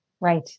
Right